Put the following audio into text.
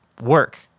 work